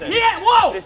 yeah, whoa,